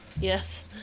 Yes